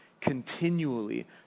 continually